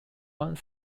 one